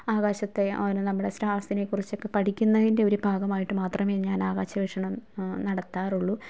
ആകാശത്തെ ഓരോ നമ്മളെ സ്റ്റാര്സിനെ കുറിച്ചൊക്കെ പഠിക്കുന്നതിന്റെ ഒരു ഭാഗമായിട്ടു മാത്രമേ ഞാന് ആകാശ വീക്ഷണം നടത്താറുള്ളൂ